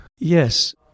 Yes